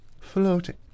floating